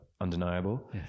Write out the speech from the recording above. undeniable